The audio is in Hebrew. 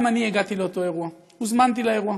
גם אני הגעתי לאותו אירוע, הוזמנתי לאירוע.